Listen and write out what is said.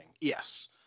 Yes